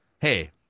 hey